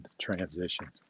transition